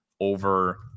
over